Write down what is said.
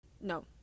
no